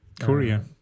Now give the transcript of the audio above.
Korea